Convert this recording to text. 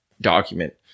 document